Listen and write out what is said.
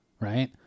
right